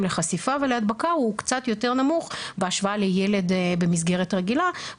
לחשיפה ולהדבקה הוא קצת יותר נמוך בהשוואה לילד במסגרת רגילה.